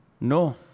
No